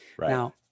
Now